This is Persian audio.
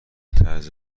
طرز